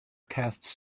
casts